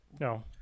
No